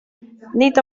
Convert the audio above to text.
nid